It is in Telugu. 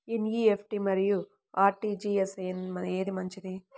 ఎన్.ఈ.ఎఫ్.టీ మరియు అర్.టీ.జీ.ఎస్ ఏది మంచిది?